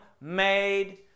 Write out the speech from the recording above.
made